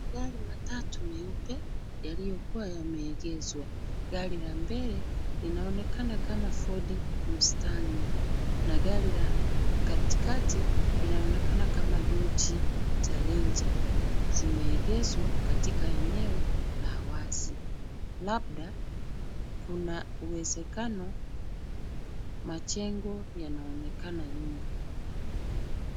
Magari matatu meupe yaliyokuwa yameegezwa. Gari la mbele linaoonekana kama Ford Mustang na gari la katikati linaonekana kama Dodge Challenger. Zimeegezwa katika eneo la wazi labda kuna uwezekano majengo yanaonekana nyuma.